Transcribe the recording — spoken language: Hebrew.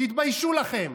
תתביישו לכם.